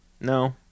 No